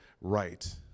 right